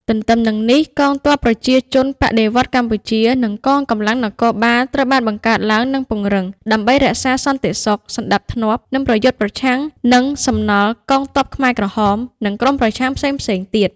ទទ្ទឹមនឹងនេះ កងទ័ពប្រជាជនបដិវត្តន៍កម្ពុជា និងកងកម្លាំងនគរបាលត្រូវបានបង្កើតឡើង និងពង្រឹង ដើម្បីរក្សាសន្តិសុខ សណ្ដាប់ធ្នាប់ និងប្រយុទ្ធប្រឆាំងនឹងសំណល់កងទ័ពខ្មែរក្រហម និងក្រុមប្រឆាំងផ្សេងៗទៀត។